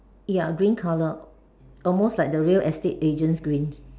ya green colour almost like the real estate agent green